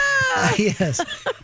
Yes